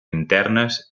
internes